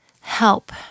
help